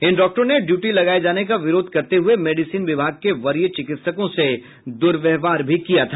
इन डॉक्टरों ने ड्यूटी लगाये जाने का विरोध करते हुये मेडिसिन विभाग के वरीय चिकित्सकों से दुर्व्यवहार भी किया था